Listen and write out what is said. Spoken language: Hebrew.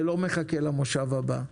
זה לא מחכה למושב הבא,